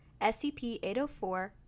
SCP-804